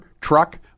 truck